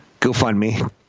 GoFundMe